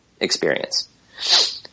experience